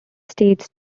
states